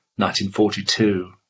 1942